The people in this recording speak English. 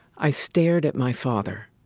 i stared at my father.